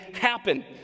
happen